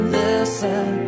listen